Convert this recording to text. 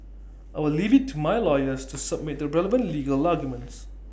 I will leave IT to my lawyers to submit the relevant legal arguments